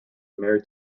married